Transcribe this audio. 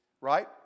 right